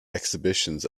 exhibitions